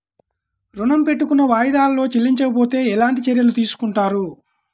ఋణము పెట్టుకున్న వాయిదాలలో చెల్లించకపోతే ఎలాంటి చర్యలు తీసుకుంటారు?